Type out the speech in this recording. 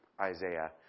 Isaiah